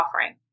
offering